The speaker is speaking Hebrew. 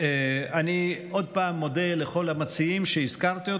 אני מודה שוב לכל המציעים שהזכרתי,